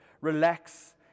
relax